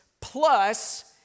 plus